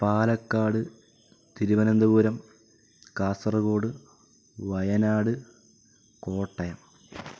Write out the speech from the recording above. Palakkad Thiruvananthapuram Kasaragod Wayanad Kottayam